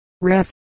Ref